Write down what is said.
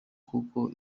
kuko